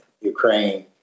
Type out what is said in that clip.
Ukraine